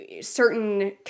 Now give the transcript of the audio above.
certain